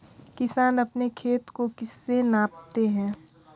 किसान अपने खेत को किससे मापते हैं?